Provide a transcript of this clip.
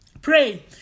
Pray